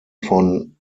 von